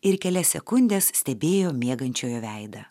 ir kelias sekundes stebėjo miegančiojo veidą